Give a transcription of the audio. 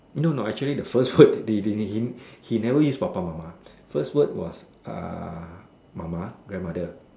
no no actually the first word the the he never use Papa mama first word was uh mama grandmother